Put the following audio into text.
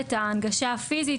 את ההנגשה הפיזית,